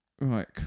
Right